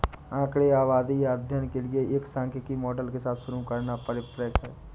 आंकड़े आबादी या अध्ययन के लिए एक सांख्यिकी मॉडल के साथ शुरू करना पारंपरिक है